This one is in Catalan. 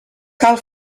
cal